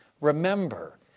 remember